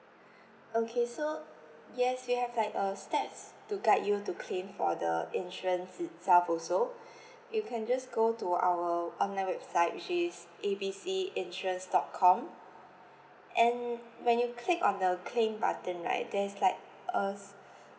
okay so yes we have like a steps to guide you to claim for the insurance itself also you can just go to our online website which is A B C insurance dot com and when you click on the claim button right there's like uh